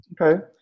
Okay